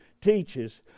teaches